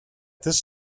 this